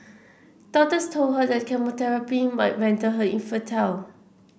doctors told her that chemotherapy might render her infertile